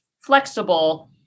flexible